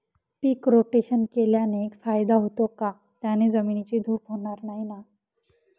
पीक rotation केल्याने फायदा होतो का? त्याने जमिनीची धूप होणार नाही ना?